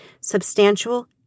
substantial